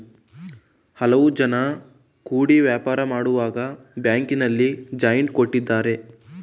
ಹಲವು ಜನ ಕೂಡಿ ವ್ಯಾಪಾರ ಮಾಡುವಾಗ ಬ್ಯಾಂಕಿನಲ್ಲಿ ಜಾಯಿಂಟ್ ಕೊಟ್ಟಿದ್ದಾರೆ